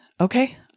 okay